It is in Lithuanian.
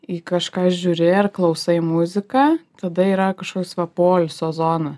į kažką žiūri ar klausai muziką tada yra kažkoks va poilsio zona